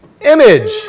image